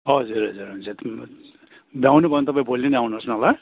हजुर हजुर हुन्छ भ्याउनु भयो भने तपाईँ भोलि नै आउनुहोस् न ल